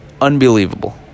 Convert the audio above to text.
Unbelievable